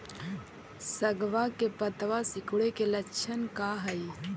सगवा के पत्तवा सिकुड़े के लक्षण का हाई?